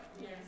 Yes